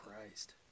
Christ